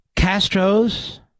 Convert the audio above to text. Castro's